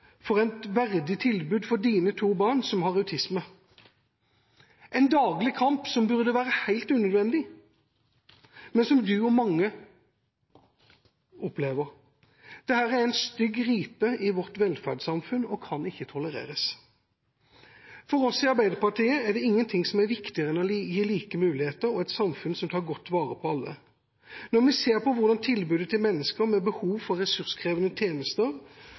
for et verdig tilbud til dine to barn, som har autisme, en daglig kamp som burde være helt unødvendig, men som du og mange andre opplever. Dette er en stygg ripe i vårt velferdssamfunn og kan ikke tolereres. For oss i Arbeiderpartiet er det ingenting som er viktigere enn å gi like muligheter og å ha et samfunn som tar godt vare på alle. Når vi ser på hvordan tilbudet til mennesker med behov for ressurskrevende tjenester,